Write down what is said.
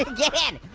get in.